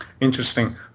Interesting